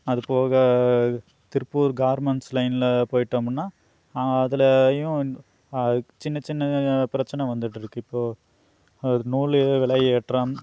அது போக திருப்பூர் கார்மண்ட்ஸ் லைனில் போயிட்டோமுனால் அவங்க அதுலேயும் அ சின்ன சின்ன பிரச்சினை வந்துட்டிருக்கு இப்போது ஒரு நூல் விலை ஏற்றம்